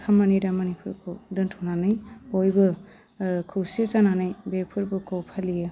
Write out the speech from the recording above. खामानि दामानिफोरखौ दोन्थ'नानै बयबो खौसे जानानै बे फोरबोखौ फालियो